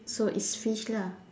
so it's fish lah